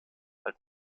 als